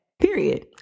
period